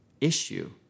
issue